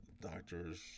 doctors